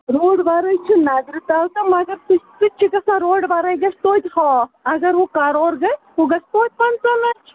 روڈٕ وَرٲے چھِ نظرِ تَل تہٕ مگر سُہ سُہ تہِ چھِ گژھان روڈٕ وَرٲے گژھِ توتہِ ہاف اگر ہُہ کَرور گژھِ ہُہ گژھِ توتہِ پنٛژاہ لَچھ